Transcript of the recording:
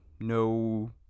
no